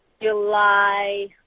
July